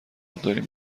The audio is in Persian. دارین